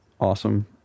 awesome